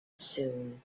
soon